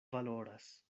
valoras